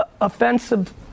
offensive